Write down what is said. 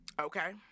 Okay